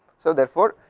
so, therefore,